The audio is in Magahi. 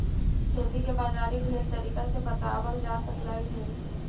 खेती के बाजारी ढेर तरीका से बताबल जा सकलाई हे